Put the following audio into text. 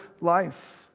life